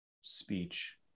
Speech